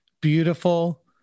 beautiful